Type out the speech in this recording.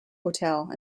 hotel